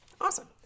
Awesome